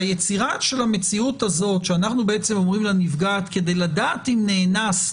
היצירה של המציאות שאנחנו אומרים לנפגעת: כדי לדעת אם נאנסת,